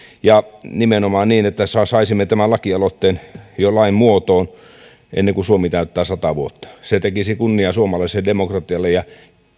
ja nimenomaan niin että saisimme tämän lakialoitteen lain muotoon jo ennen kuin suomi täyttää sata vuotta se tekisi kunniaa suomalaiselle demokratialle ja